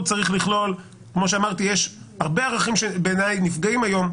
צריך לכלול הרבה ערכים שנפגעים היום,